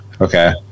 Okay